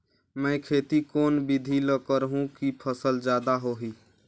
मै खेती कोन बिधी ल करहु कि फसल जादा होही